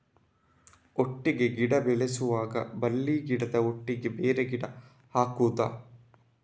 ಒಟ್ಟಿಗೆ ಗಿಡ ಬೆಳೆಸುವಾಗ ಬಳ್ಳಿ ಗಿಡದ ಒಟ್ಟಿಗೆ ಬೇರೆ ಗಿಡ ಹಾಕುದ?